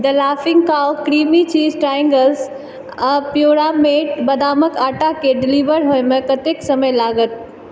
द laughing cow creamy cheese triangles आओर प्युरामेट बदामक आटाके डिलीवर होइमे कतेक समय लागत